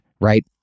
right